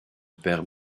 père